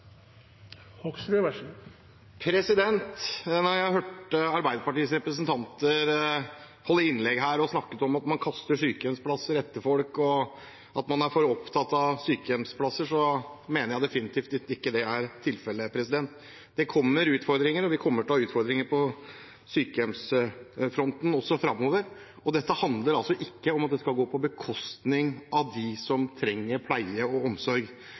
Jeg hørte Arbeiderpartiets representanter holde innlegg og snakke om at man kaster sykehjemsplasser etter folk, og at man er for opptatt av sykehjemsplasser. Det mener jeg definitivt ikke er tilfellet. Det kommer utfordringer. Vi kommer til å ha utfordringer på sykehjemsfronten også framover, men dette handler altså ikke om at noe skal gå på bekostning av dem som trenger pleie og omsorg.